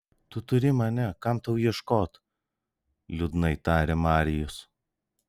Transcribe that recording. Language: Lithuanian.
tu turi mane kam tau ieškot liūdnai tarė marijus